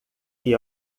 que